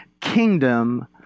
kingdom